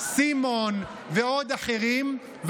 סימון ועוד אחרים,